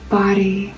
body